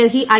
Delhi I